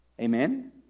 Amen